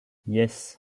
yes